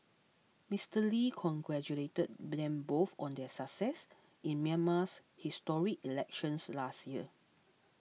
Mister Lee congratulated them both on their success in Myanmar's historic elections last year